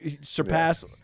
surpass